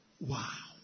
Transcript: Wow